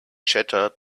shattered